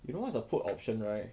you know what's a put option right